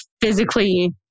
physically